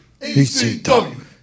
ECW